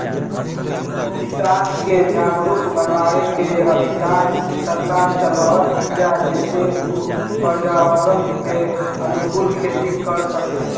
किसान के जागरुक बनावे के अभियान सरकार चलावत बिया जेसे उ पर्यावरण के अनुकूल खेती कर सकें